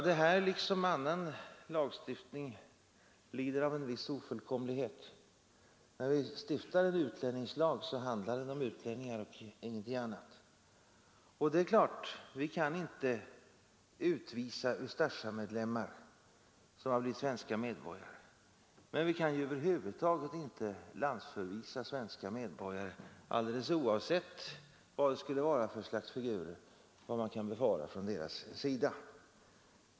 Den här lagen liksom annan lagstiftning lider av en viss ofullkomlighet. När vi stiftar en utlänningslag, handlar den om utlänningar och ingenting annat. Det är klart — vi kan inte utvisa Ustasja-medlemmar som har blivit svenska medborgare, men vi kan över huvud taget inte landsförvisa svenska medborgare alldeles oavsett vad det skulle vara för slags figurer eller vad man kan befara från deras sida.